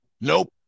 Nope